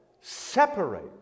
separate